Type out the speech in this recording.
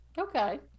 Okay